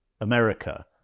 America